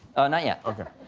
not yet. ok.